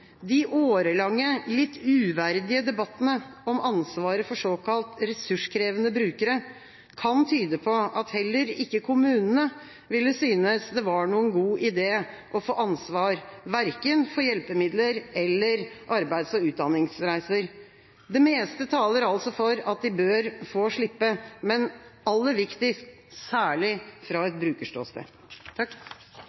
De årelange, litt uverdige debattene om ansvaret for såkalt ressurskrevende brukere kan tyde på at heller ikke kommunene vil synes det er noen god idé å få ansvar for verken hjelpemidler eller arbeids- og utdanningsreiser. Det meste taler altså for at de bør få slippe, men aller viktigst: særlig sett fra et brukerståsted.